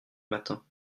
matin